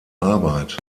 arbeit